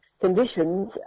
conditions